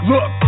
Look